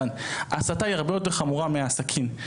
ההסתה היא הרבה יותר חמורה מהסכין.